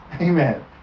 Amen